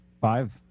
Five